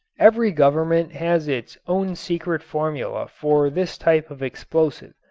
every government has its own secret formula for this type of explosive.